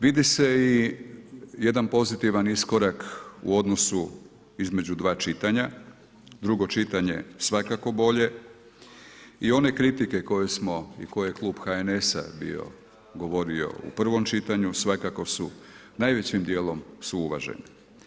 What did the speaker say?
Vidi se i jedan pozitivan iskorak u odnosu između dva čitanja, drugo čitanje svakako bolje i one kritike koje smo i koje je klub HNS-a bio govorio u prvom čitanju svakako su najvećim dijelom su uvažene.